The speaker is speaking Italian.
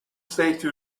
state